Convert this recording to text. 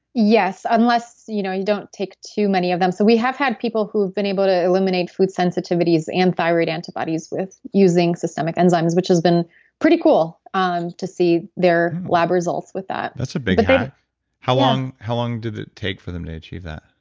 yes, unless you know you don't take too many of them. so we have had people who've been able to eliminate food sensitivities and thyroid antibodies using systemic enzymes, which has been pretty cool um to see their lab results with that that's a big hack. how long how long did it take for them to achieve that?